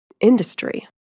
industry